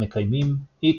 המקיימים x